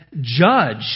judge